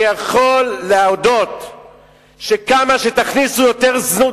אני יכול להודות שכמה שתכניסו יותר זנות